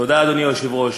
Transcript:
תודה, אדוני היושב-ראש.